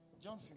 John